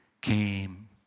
came